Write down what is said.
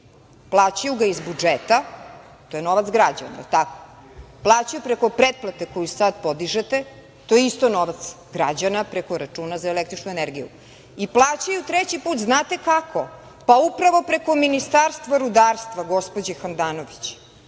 plaćaju ga iz budžeta, to je novac građana, da li je tako, plaćaju preko preplate koju sad podižete, to je isto novac građana, preko računa za električnu energiju i plaćaju treći put, znate kako, pa upravo preko Ministarstva rudarstva gospođe Handanović,